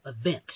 event